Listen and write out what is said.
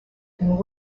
and